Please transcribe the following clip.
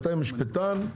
אתה משפטן,